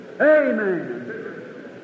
Amen